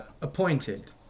appointed